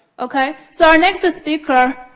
okay. so, our next speaker,